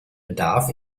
bedarf